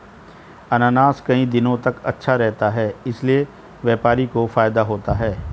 अनानास कई दिनों तक अच्छा रहता है इसीलिए व्यापारी को फायदा होता है